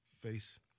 face